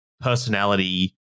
personality